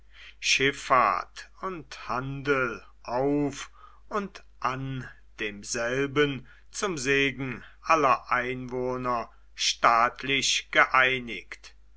schiffahrt und handel auf und an demselben zum segen aller anwohner staatlich geeinigt